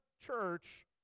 church